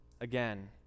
again